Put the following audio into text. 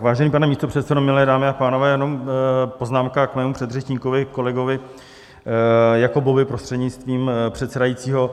Vážený pane místopředsedo, milé dámy a pánové, jenom poznámka k mému předřečníkovi, kolegovi Jakobovi, prostřednictvím předsedajícího.